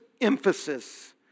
emphasis